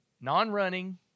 non-running